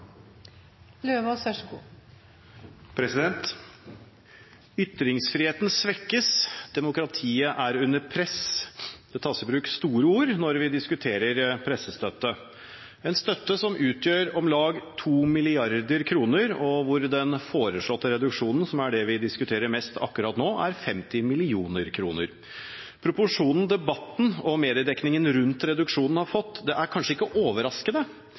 under press – det tas i bruk store ord når vi diskuterer pressestøtte, en støtte som utgjør om lag 2 mrd. kr, og hvor den foreslåtte reduksjonen, som er det vi diskuterer mest akkurat nå, er 50 mill. kr. Proporsjonen debatten og mediedekningen rundt reduksjonen har fått, er kanskje ikke overraskende,